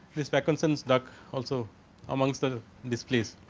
this vacancies duct also amongst the displease.